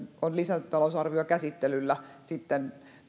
on lisätalousarviokäsittelyllä sitten